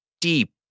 deep